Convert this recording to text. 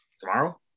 tomorrow